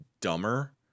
dumber